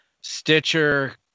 Stitcher